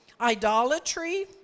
idolatry